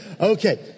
Okay